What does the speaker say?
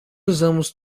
usamos